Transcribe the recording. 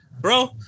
Bro